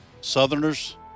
Southerners